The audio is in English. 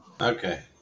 Okay